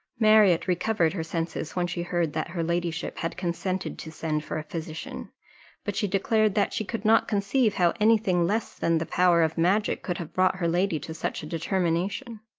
marriott recovered her senses when she heard that her ladyship had consented to send for a physician but she declared that she could not conceive how any thing less than the power of magic could have brought her lady to such a determination.